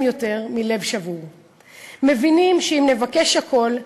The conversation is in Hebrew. יותר מלב שבור'; מבינים שאם נבקש הכול,